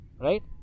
Right